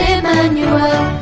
Emmanuel